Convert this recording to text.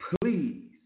Please